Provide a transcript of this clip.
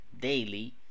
daily